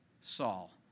Saul